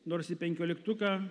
nors į penkioliktuką